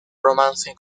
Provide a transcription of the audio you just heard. romance